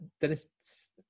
Dennis